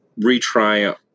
retry